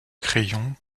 crayons